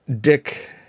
Dick